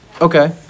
Okay